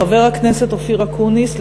חבר הכנסת אופיר אקוניס,